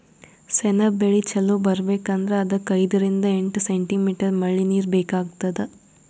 ಸೆಣಬ್ ಬೆಳಿ ಚಲೋ ಬರ್ಬೆಕ್ ಅಂದ್ರ ಅದಕ್ಕ್ ಐದರಿಂದ್ ಎಂಟ್ ಸೆಂಟಿಮೀಟರ್ ಮಳಿನೀರ್ ಬೇಕಾತದ್